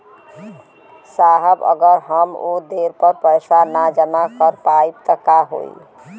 साहब अगर हम ओ देट पर पैसाना जमा कर पाइब त का होइ?